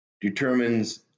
determines